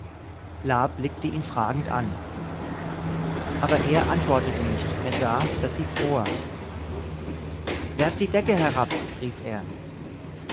blickte ihn fragend an aber er antwortete nicht er sah daß sie fror werft die decke herab rief er